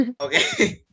Okay